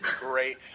great